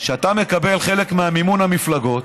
אתה מקבל חלק ממימון המפלגות,